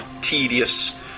tedious